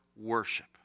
worship